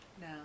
No